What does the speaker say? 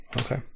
Okay